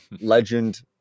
legend